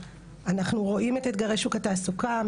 אנחנו רואים את אתגרי שוק התעסוקה.